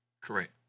Correct